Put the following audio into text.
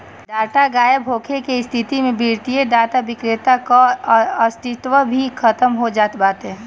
data गायब होखला के स्थिति में वित्तीय डाटा विक्रेता कअ अस्तित्व भी खतम हो जात बाटे